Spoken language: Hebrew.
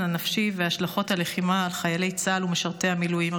הנפשי והשלכות הלחימה על חיילי צה"ל ומשרתי המילואים.